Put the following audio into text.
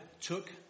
took